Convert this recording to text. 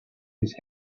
his